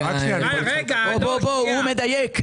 הוא מדייק.